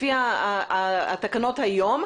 לפי התקנות היום,